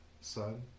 son